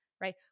right